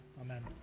Amen